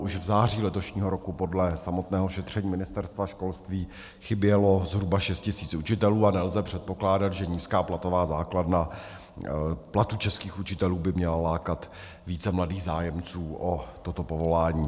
Už v září letošního roku podle samotného šetření Ministerstva školství chybělo zhruba šest tisíc učitelů a nelze předpokládat, že nízká platová základna platů českých učitelů by měla lákat více mladých zájemců o toto povolání.